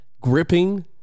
gripping